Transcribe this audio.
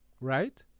right